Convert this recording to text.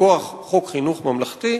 מכוח חוק חינוך ממלכתי,